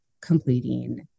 completing